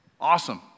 Awesome